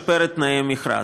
כדי לשפר את תנאי המכרז.